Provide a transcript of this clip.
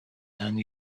and